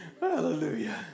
Hallelujah